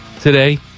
today